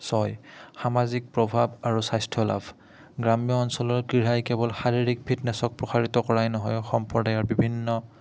ছয় সামাজিক প্ৰভাৱ আৰু স্বাস্থ্য লাভ গ্ৰাম্য অঞ্চলৰ ক্ৰীড়াই কেৱল শাৰীৰিক ফিটনেছক প্ৰসাৰিত কৰাই নহয় সম্প্ৰদায়ৰ বিভিন্ন